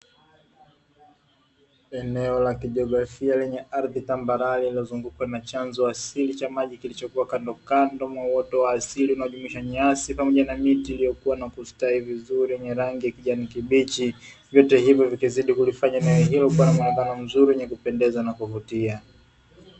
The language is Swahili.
Eneo la kijografia lenye ardhi tambarare lililozungukwa na chanzo asili cha maji kilichokuwa kandokando ya uoto wa asili unaojumuisha nyasi pamoja na miti iliyokuwa na kustawi vizuri yenye rangi ya kijani kibichi vyote hivyo vikizidi kulifanya eneo hilo kuwa na muonekano mzuri wenye kupendeza na kuvutia.